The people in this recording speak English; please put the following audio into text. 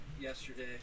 yesterday